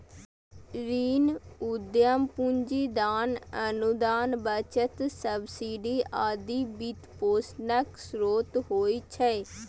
ऋण, उद्यम पूंजी, दान, अनुदान, बचत, सब्सिडी आदि वित्तपोषणक स्रोत होइ छै